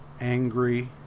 angry